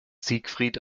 siegfried